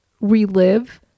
relive